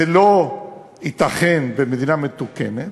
לא ייתכן, במדינה מתוקנת,